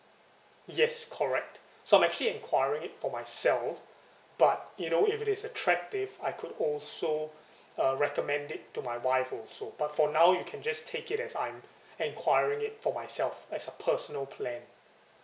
yes correct so I'm actually enquiring it for myself but you know if it is attractive I could also err recommend it to my wife also but for now you can just take it as I'm enquiring it for myself as a personal plan